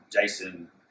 Jason